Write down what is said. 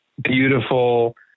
Beautiful